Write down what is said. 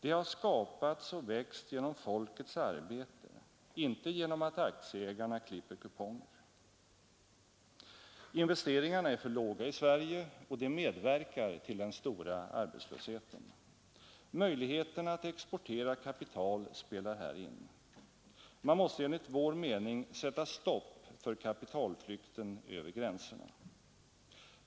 Det har skapats och växt genom folkets arbete, inte genom att aktieägarna klipper kuponger. Investeringarna är för låga i Sverige, och det medverkar till den stora arbetslösheten. Möjligheten att exportera kapital spelar här in. Man måste enligt vår mening sätta stopp för kapitalflykten över gränserna.